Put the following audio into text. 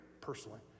personally